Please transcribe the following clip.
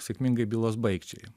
sėkmingai bylos baigčiai